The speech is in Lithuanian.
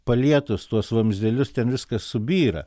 palietus tuos vamzdelius ten viskas subyra